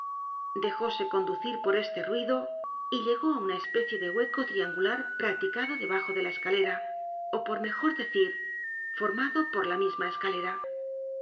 dejóse conducir por este ruido y llegó á una especie de hueco triangular practicado debajo de la escalera ó por mejor decir formado por la escalera